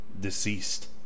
deceased